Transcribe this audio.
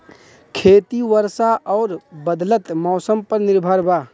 खेती वर्षा और बदलत मौसम पर निर्भर बा